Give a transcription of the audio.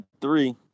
three